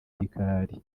gikari